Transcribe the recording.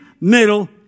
middle